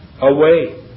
Away